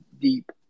deep